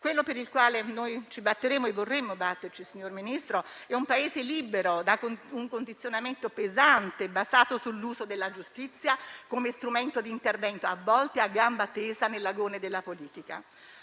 Ciò per cui ci batteremo e vorremmo batterci, signor Ministro, è un Paese libero da un condizionamento pesante basato sull'uso della giustizia come strumento di intervento, a volte a gamba tesa, nell'agone della politica.